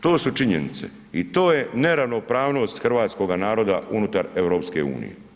To su činjenice i to je neravnopravnost hrvatskoga naroda unutar EU.